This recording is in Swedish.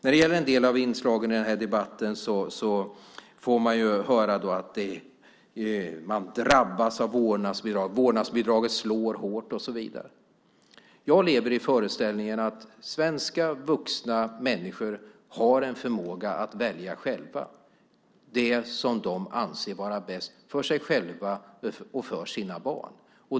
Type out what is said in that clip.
I en del av inslagen i debatten får vi höra att man drabbas av vårdnadsbidraget, att det slår hårt och så vidare. Jag lever i föreställningen att vuxna svenskar har en förmåga att själva välja det som de anser vara bäst för dem själva och deras barn.